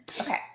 okay